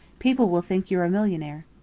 people will think you're a millionaire.